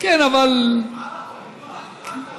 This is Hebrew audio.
רק על החוק